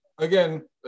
Again